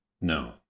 No